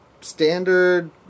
standard